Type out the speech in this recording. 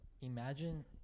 imagine